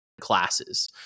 classes